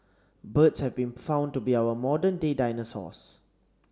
birds have been found to be our modern day dinosaurs